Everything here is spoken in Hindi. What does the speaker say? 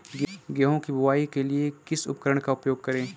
गेहूँ की बुवाई के लिए किस उपकरण का उपयोग करें?